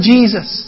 Jesus